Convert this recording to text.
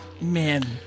Man